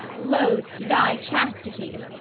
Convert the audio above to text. loathed thy chastity!